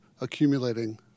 accumulating